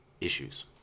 issues